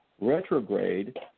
retrograde